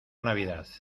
navidad